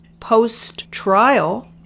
post-trial